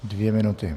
Dvě minuty.